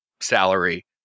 salary